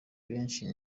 benshi